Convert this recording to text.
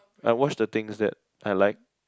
I watch the things that I like